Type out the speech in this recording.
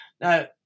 Now